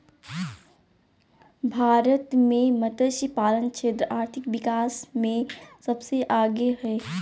भारत मे मतस्यपालन क्षेत्र आर्थिक विकास मे सबसे आगे हइ